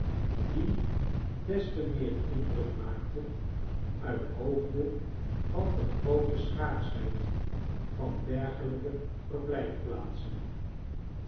die des temeer indruk maakten uit hoofde van de groote schaarschheid van dergelijke verblijfplaatsen